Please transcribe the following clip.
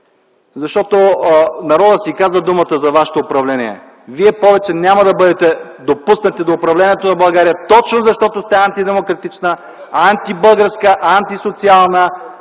Защото народът си каза думата за вашето управление. Вие повече няма да бъдете допуснати до управлението на България точно защото сте антидемократична, антибългарска, антисоциална